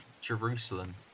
Jerusalem